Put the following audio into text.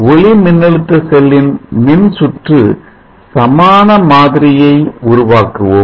ஒளி மின்னழுத்த செல்லின் மின்சுற்று சமான மாதிரியே உருவாக்குவோம்